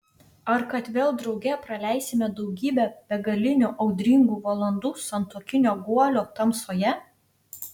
ar kad vėl drauge praleisime daugybę begalinių audringų valandų santuokinio guolio tamsoje